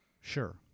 Sure